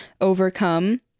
overcome